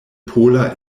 pola